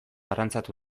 arrantzatu